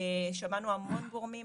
שמענו המון גורמים.